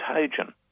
contagion